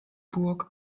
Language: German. burg